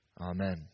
Amen